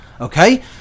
Okay